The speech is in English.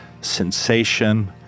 sensation